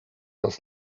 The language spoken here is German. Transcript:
das